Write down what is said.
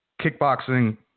kickboxing